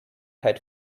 had